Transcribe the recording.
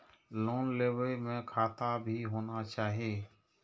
Loan लेबे में खाता भी होना चाहि?